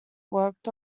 worked